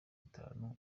itanu